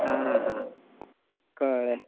हा हा हा कळें